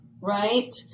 right